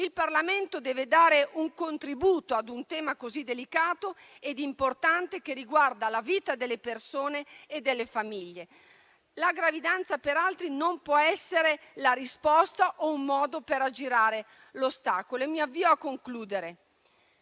il Parlamento deve dare un contributo a un tema così delicato e importante, che riguarda la vita delle persone e delle famiglie. La gravidanza per altri non può essere la risposta o un modo per aggirare l'ostacolo. Mi avvio a concludere.